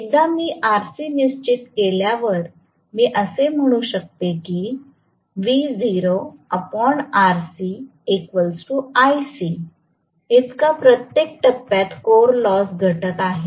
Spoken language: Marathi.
एकदा मी Rc निश्चित केल्यावर मी असे म्हणू शकते की इतका प्रत्येक टप्प्यात कोर लॉस घटक आहे